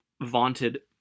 vaunted